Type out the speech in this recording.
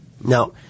Now